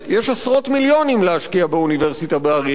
יש עשרות מיליונים להשקיע באוניברסיטה באריאל.